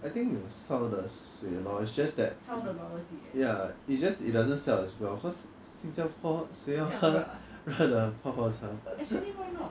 I think is 烧的水 lor it's just that ya it just it doesn't sell as well because 新加坡谁有喝热的泡泡茶 [what]